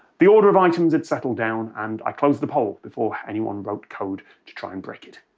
the order of items had settled down, and i closed the poll before anyone wrote code to try and break it.